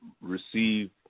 receive